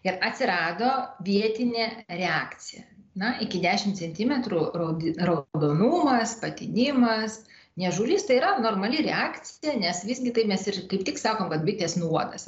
ir atsirado vietinė reakcija na iki dešim centimetrų raudi raudonumas patinimas niežulys tai yra normali reakcija nes visgi tai nes ir kaip tik sakom kad bitės nuodas